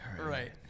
right